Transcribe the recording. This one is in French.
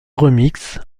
remixes